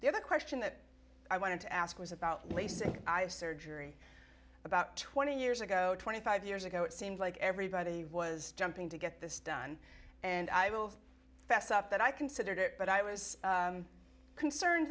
the other question that i wanted to ask was about lasik eye surgery about twenty years ago twenty five years ago it seemed like everybody was jumping to get this done and i will fess up that i considered it but i was concern